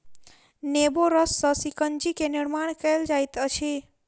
नेबो रस सॅ शिकंजी के निर्माण कयल जाइत अछि